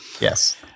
Yes